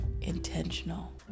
intentional